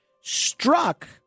struck